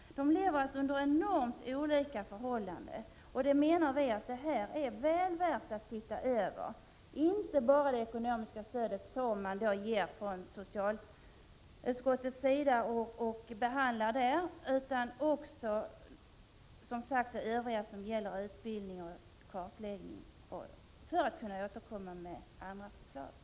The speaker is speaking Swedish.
De lever alltså under enormt olika förhållanden. Vi menar att detta är väl värt att titta över — inte bara det ekonomiska stödet, som behandlas av socialutskottet, utan också det övriga som gäller utbildning och kartläggning — för att kunna återkomma med andra förslag.